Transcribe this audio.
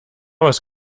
was